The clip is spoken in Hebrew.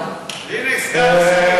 הינה, סגן השר הגיע.